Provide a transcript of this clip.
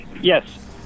yes